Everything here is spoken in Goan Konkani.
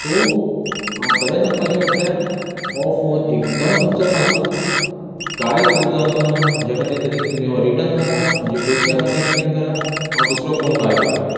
सो हांव खरें सांगपाचे म्हणजे हो फोन एकदम तुमचो फाल्तू कांयच युजाचो ना म्हजे खातीर तरी तुमी हो रिटर्न व्हरात पयशे आसा ते रिटर्न करात हांव दुसरो फोन बाय करतां